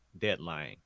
deadline